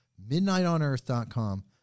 midnightonearth.com